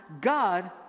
God